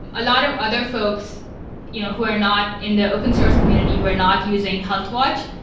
a lot of other folks you know who are not in the open-source community who are not using health watch,